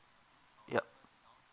yup